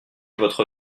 votre